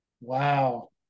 wow